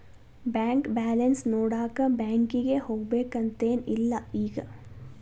bank balance ನೋಡಾಕ ಬ್ಯಾಂಕಿಗೆ ಹೋಗ್ಬೇಕಂತೆನ್ ಇಲ್ಲ ಈಗ